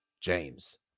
James